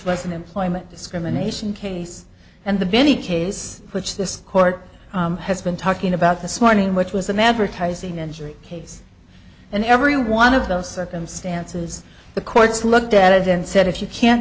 an employment discrimination case and the benny case which this court has been talking about this morning which was an advertising injury case and every one of those circumstances the courts looked at it and said if you can't